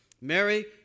Mary